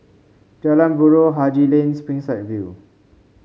Jalan Buroh Haji Lane Springside View